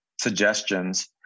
suggestions